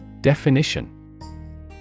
Definition